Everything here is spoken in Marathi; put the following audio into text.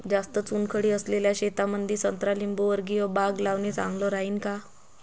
जास्त चुनखडी असलेल्या शेतामंदी संत्रा लिंबूवर्गीय बाग लावणे चांगलं राहिन का?